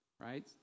Right